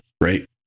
right